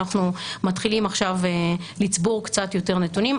אנחנו מתחילים עכשיו לצבור קצת יותר נתונים.